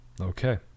Okay